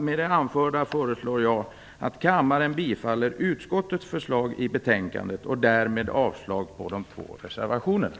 Med det anförda föreslår jag att kammaren bifaller utskottets förslag i betänkandet och därmed avslår de två reservationerna.